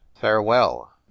farewell